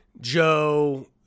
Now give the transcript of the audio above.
Joe